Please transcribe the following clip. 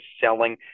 selling